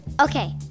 Okay